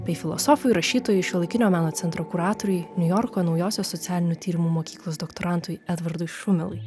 bei filosofui rašytojui šiuolaikinio meno centro kuratoriui niujorko naujosios socialinių tyrimų mokyklos doktorantui edvardui šumilai